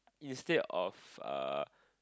instead of err